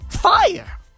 fire